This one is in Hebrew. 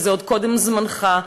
וזה עוד קודם זמנך,